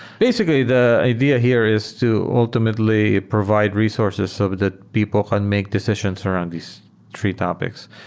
basically, the idea here is to ultimately provide resources so that people can make decisions around these three topics.